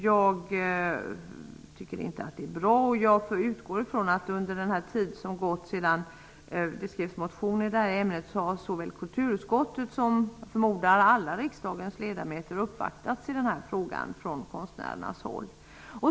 Jag tycker inte att det är bra, och jag utgår från att såväl kulturutskottet som andra av riksdagens ledamöter under den tid som gått sedan motionerna i ärendet skrevs har uppvaktats från konstnärernas håll.